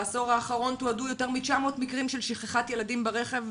בעשור האחרון תועדו יותר מ-900 מקרים של שכחת ילדים ברכב,